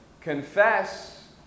Confess